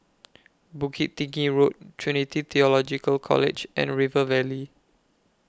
Bukit Tinggi Road Trinity Theological College and River Valley